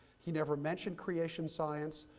he never mentioned creation science.